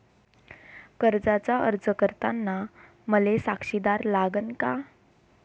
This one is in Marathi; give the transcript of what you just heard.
कर्जाचा अर्ज करताना मले साक्षीदार लागन का?